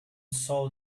saw